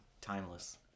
timeless